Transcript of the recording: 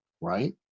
right